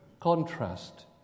contrast